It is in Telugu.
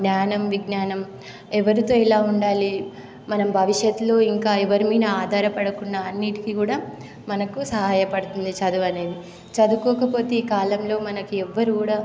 జ్ఞానం విజ్ఞానం ఎవరితో ఎలా ఉండాలి మనం భవిష్యత్తులో ఇంకా ఎవరి మీద ఆధారపడకుండా అన్నిటికీ కూడా మనకు సహాయపడుతుంది చదువు అనేది చదువుకోకపోతే ఈ కాలంలో మనకి ఎవ్వరు కూడా